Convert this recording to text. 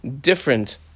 different